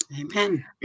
amen